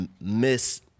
miss